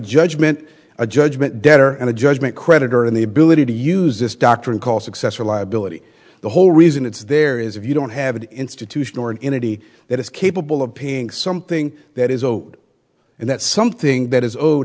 judgment a judgment debtor and a judgment creditor and the ability to use this doctrine called success or liability the whole reason it's there is if you don't have an institution or an energy that is capable of paying something that is owed and that something that is o